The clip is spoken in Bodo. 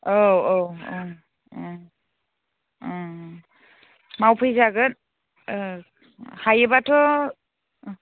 औ औ औ ओं ओं मावफैजागोन हायोब्लाथ' अ